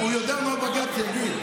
הוא יודע מה בג"ץ יגיד.